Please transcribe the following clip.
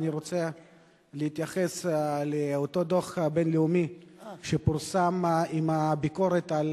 אני רוצה להתייחס לאותו דוח בין-לאומי שפורסם עם הביקורת על